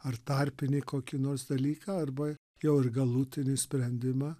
ar tarpinį kokį nors dalyką arba jau ir galutinį sprendimą